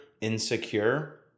insecure